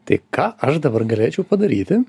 tai ką aš dabar galėčiau padaryti